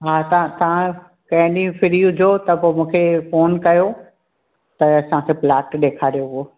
हा त तव्हां कंहिं ॾींहुं फ्री हुजो त पोइ मूंखे फोन कयो त असांखे प्लॉट ॾेखारियो उहो